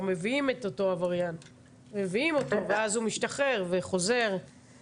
מביאים את אותו עבריין ואז הוא משתחרר וחוזר,